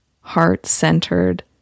heart-centered